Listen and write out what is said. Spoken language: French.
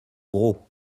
gros